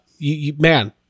man